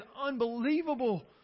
unbelievable